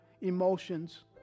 emotions